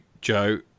Joe